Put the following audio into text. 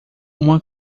uma